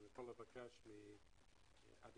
אני יכול לבקש להכין